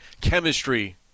chemistry